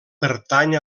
pertany